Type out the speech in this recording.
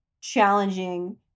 challenging